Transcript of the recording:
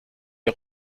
der